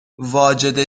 واجد